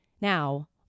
Now